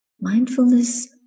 Mindfulness